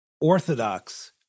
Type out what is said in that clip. orthodox